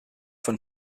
von